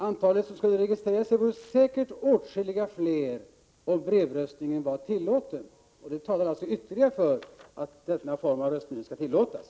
Om brevröstning var tillåten skulle säkerligen många fler registrera sig. Det talar ytterligare för att denna form av röstning skall tillåtas.